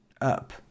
up